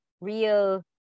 real